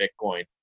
Bitcoin